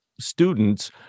students